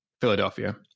Philadelphia